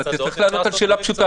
אתה צריך לענות על שאלה פשוטה.